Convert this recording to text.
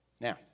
Now